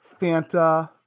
Fanta